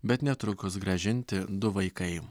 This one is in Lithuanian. bet netrukus grąžinti du vaikai